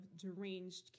deranged